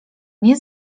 nie